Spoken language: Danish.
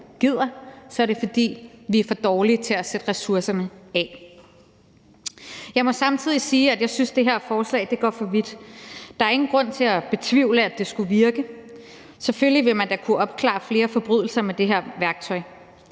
gider, men fordi vi er for dårlige til at sætte ressourcerne af til det. Jeg må samtidig sige, at jeg synes, at det her forslag går for vidt. Der er ingen grund til at betvivle, at det skulle virke. Selvfølgelig vil man da kunne opklare flere forbrydelser med det her værktøj.